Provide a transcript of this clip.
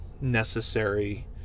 necessary